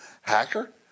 hacker